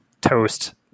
toast